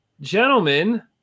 gentlemen